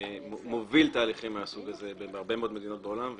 ומוביל תהליכים מהסוג הזה בהרבה מאוד מדינות בעולם.